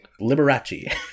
Liberace